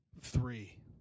three